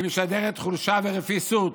היא משדרת חולשה ורפיסות,